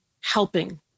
helping